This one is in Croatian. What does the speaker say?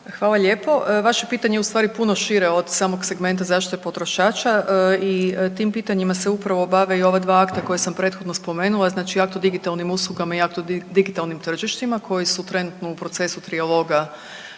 Hvala lijepo. Vaše pitanje je ustvari puno šire od samog segmenta zaštite potrošača i tim pitanjima se upravo bave i ova dva akta koja sam prethodno spomenula, znači akt o digitalnim uslugama i akt o digitalnim tržištima koji su trenutno u procesu trijaloga